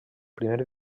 primer